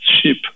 ship